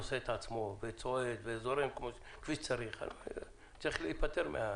נושא את עצמו ועובד כמו שצריך צריך להיפטר מזה,